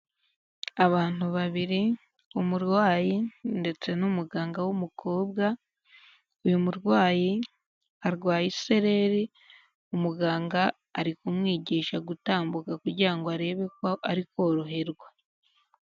Abantu babiri: umurwayi ndetse n'umuganga w'umukobwa, uyu murwayi arwaye isereri, umuganga ari kumwigisha gutambuka kugirango arebe ko ari koroherwa.